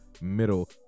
middle